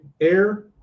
air